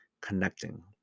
connecting